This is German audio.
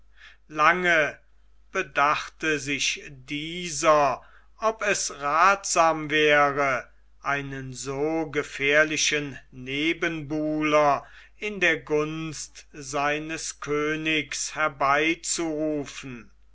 lange bedachte sich dieser ob es rathsam wäre einen so gefährlichen nebenbuhler in der gunst seines königs herbeizurufen